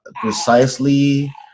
Precisely